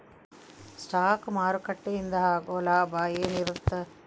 Spot ಮಾರುಕಟ್ಟೆಯಿಂದ ಆಗೋ ಲಾಭ ಏನಿರತ್ತ?